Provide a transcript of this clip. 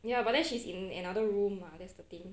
ya but then she's in another room mah that's the thing